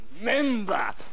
member